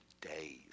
days